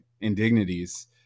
indignities